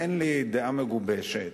אין לי דעה מגובשת,